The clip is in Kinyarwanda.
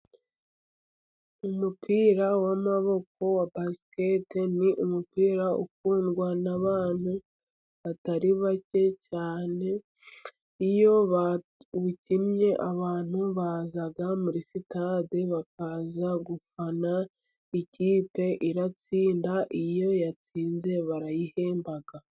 Umupira w'amaboko wa basiketi, ni umupira ukundwa n'abantu batari bake cyane. Iyo bawukinnye abantu baza muri sitade bakaza gufana. Ikipe iratsinda iyo yatsinze barayihemba.